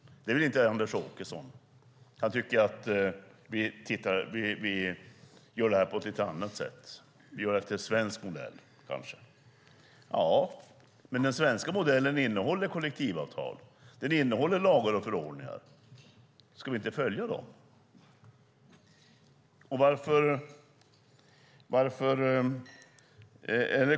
Det vill inte Anders Åkesson. Han tycker att vi gör det här på ett lite annat sätt - efter svensk modell, kanske. Ja, men den svenska modellen innehåller kollektivavtal. Den innehåller lagar och förordningar. Ska vi inte följa dem?